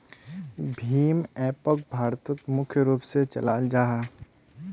भीम एपोक भारतोत मुख्य रूप से चलाल जाहा